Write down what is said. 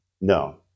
no